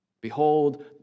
Behold